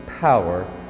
power